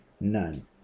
none